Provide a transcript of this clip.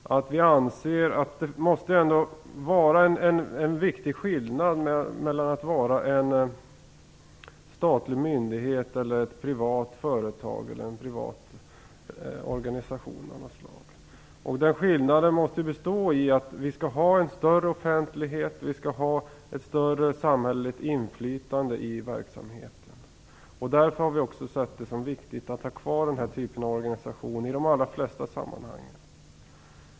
Vi anser att det ändå finns en viktig skillnad mellan en statlig myndighet och ett privat företag eller en privat organisation av något slag. Den skillnaden måste bestå i att vi skall ha en större offentlighet, vi skall ha ett större samhälleligt inflytande i verksamheten. Därför har vi också sett det som viktigt att ha kvar den här typen av organisation i de allra flesta sammanhangen.